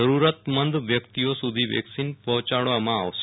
જરૂરતમંદ વ્યક્તિઓ સુધી વેકસીન પહેલા પહોંચાડવામં આવશે